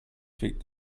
feed